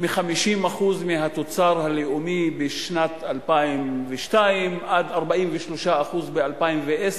מ-50% מהתוצר הלאומי בשנת 2002 עד 43% ב-2010,